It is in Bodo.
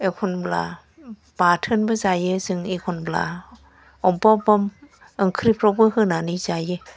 एखनब्ला बाथोनबो जायो जों एखनब्ला अबेबा अबेबा ओंख्रिफ्रावबो होनानै जायो